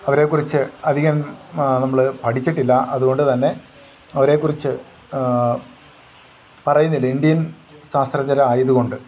അവരെക്കുറിച്ച് അധികം നമ്മൾ പഠിച്ചിട്ടില്ല അതുകൊണ്ടുതന്നെ അവരെക്കുറിച്ച് പറയുന്നില്ല ഇന്ത്യൻ ശാസ്ത്രജ്ഞരായതുകൊണ്ട്